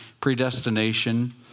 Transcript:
predestination